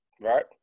right